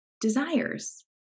desires